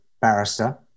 barrister